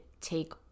take